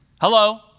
hello